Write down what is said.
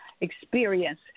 experience